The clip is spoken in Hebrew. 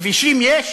כבישים יש?